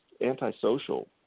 antisocial